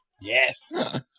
Yes